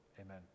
Amen